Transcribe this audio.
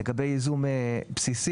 לגבי ייזום בסיסי,